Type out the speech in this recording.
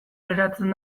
geratzen